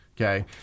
okay